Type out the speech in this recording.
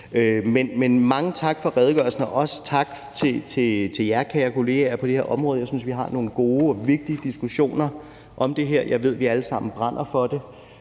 Mange tak for redegørelsen, og også tak til jer, kære kolleger, på det her område, jeg synes, vi har nogle gode og vigtige diskussioner om det her, og jeg ved, at vi alle sammen brænder for det.